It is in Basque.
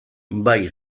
bai